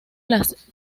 las